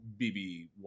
BBY